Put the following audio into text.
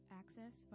access